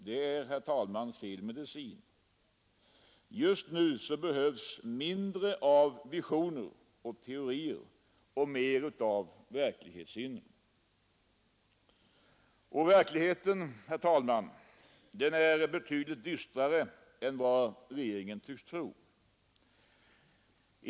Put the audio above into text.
Det är, herr talman, fel medicin! Just nu behövs mindre av visioner och teorier och mer av verklighetssinne. Och verkligheten, herr talman, är betydligt dystrare än vad regeringen tycks tro.